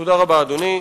תודה רבה, אדוני.